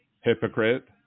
Hypocrite